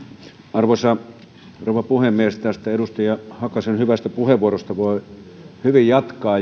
arvoisa rouva puhemies tästä edustaja hakasen hyvästä puheenvuorosta voi hyvin jatkaa